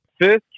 First